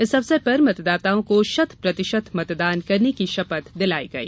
इस अवसर पर मतदाताओं को शत प्रतिशत मतदान करने की शपथ दिलाई गई